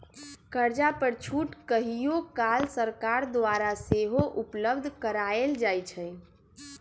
कर्जा पर छूट कहियो काल सरकार द्वारा सेहो उपलब्ध करायल जाइ छइ